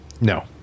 No